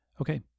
Okay